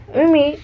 mimi